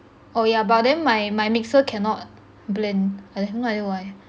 oh yeah but then my my mixer cannot blend I have no idea why